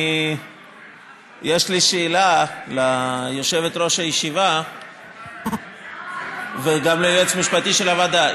יש לי שאלה ליושבת-ראש הישיבה וגם ליועץ המשפטי של הוועדה.